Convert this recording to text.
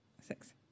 six